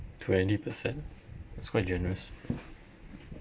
twenty percent that's quite generous